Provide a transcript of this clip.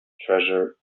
treasure